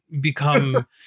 become